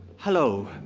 hello,